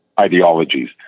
ideologies